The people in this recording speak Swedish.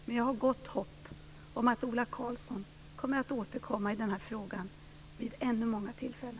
Men jag har gott hopp om att Ola Karlsson återkommer i denna fråga vid många tillfällen.